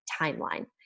timeline